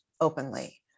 openly